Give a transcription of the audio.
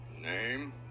Name